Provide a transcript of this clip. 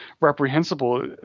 reprehensible